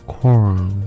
Corn